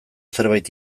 zerbait